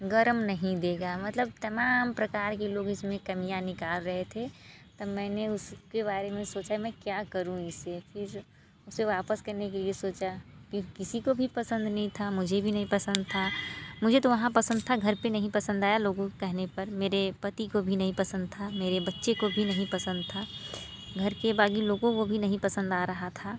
गरम नहीं देगा मतलब तमाम प्रकार के लोग इसमें कमियाँ निकाल रहे थे तब मैंने उसके बारे में सोचा मैं क्या करूँ इसे फिर उसे वापस करने के लिए सोचा कि किसी को भी पसंद नहीं था मुझे भी नहीं पसंद था मुझे तो वहाँ पसंद था घर पे नहीं पसंद आया लोगों कहने पर मेरे पति को भी नहीं पसंद था मेरे बच्चे को भी नहीं पसंद था घर के बाकी लोगों को भी नही पसंद आ रहा था